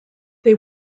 they